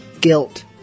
Guilt